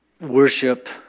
worship